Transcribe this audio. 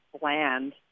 bland